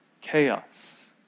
chaos